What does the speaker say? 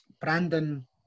Brandon